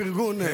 את זה בחשבון.